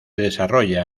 desarrolla